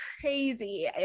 crazy